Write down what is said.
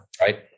right